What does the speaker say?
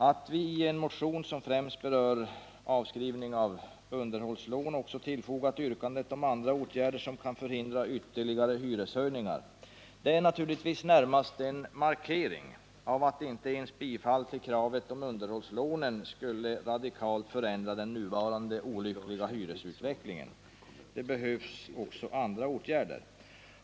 Att viien motion, som främst berör avskrivning av underhållslånen, också tillfogat yrkandet om andra åtgärder som kan förhindra ytterligare hyreshöjningar är naturligtvis närmast en markering av att inte ens bifall till kravet på avskrivning av underhållslånen skulle radikalt förändra den nuvarande olyckliga hyresutvecklingen. Det behövs självklart också andra åtgärder.